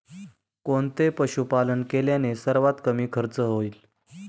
कोणते पशुपालन केल्याने सर्वात कमी खर्च होईल?